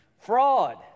Fraud